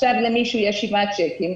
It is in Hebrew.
עכשיו למישהו יש שבעה צ'קים,